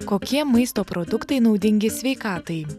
kokie maisto produktai naudingi sveikatai